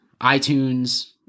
iTunes